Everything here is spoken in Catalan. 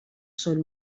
són